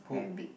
very big